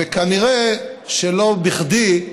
וכנראה לא בכדי.